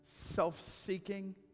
self-seeking